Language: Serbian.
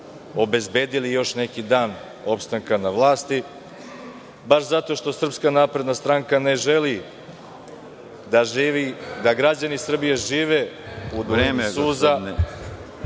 obezbedili još neki dan opstanka na vlasti, baš zato što SNS ne želi dAAa građani Srbije žive u vreme suza,